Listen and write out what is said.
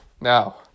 Now